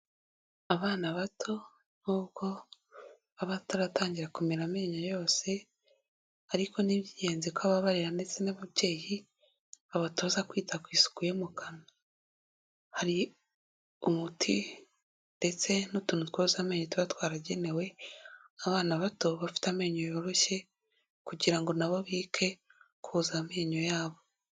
Abana bato nubwo baba bataratangira kumera amenyo yose, ariko ni iby'ingenzi ko ababarera ndetse n'ababyeyi babatoza kwita ku isuku yo mu kanwa. Hari umuti ndetse n'utuntu twoza amenyo tuba twaragenewe abana bato bafite amenyo yoroshye kugira ngo na bo bige koza amenyo yabo.